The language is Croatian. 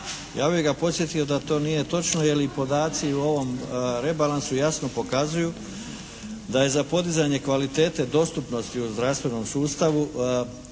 Ja bih ga podsjetio da to nije točno jer i podaci u ovom rebalansu jasno pokazuju da je za podizanje kvalitete dostupnosti u zdravstvenom sustavu